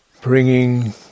bringing